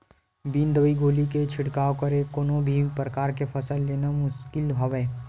बिन दवई गोली के छिड़काव करे कोनो भी परकार के फसल लेना मुसकिल हवय